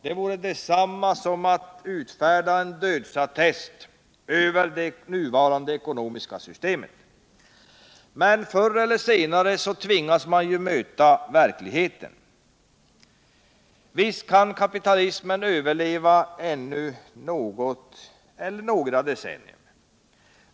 Det vore detsamma som att utfärda en dödsattest över det nuvarande ekonomiska systemet. Men förr eller senare tvingas man möta verkligheten. Visst kan kapitalismen överleva ännu några decennier.